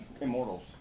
Immortals